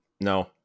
No